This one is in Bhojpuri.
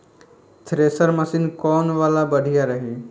थ्रेशर मशीन कौन वाला बढ़िया रही?